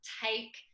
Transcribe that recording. take